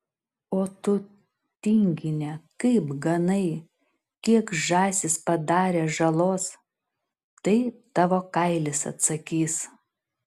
o tu tingine kaip ganai kiek žąsys padarė žalos tai tavo kailis atsakys